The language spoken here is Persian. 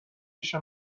پیش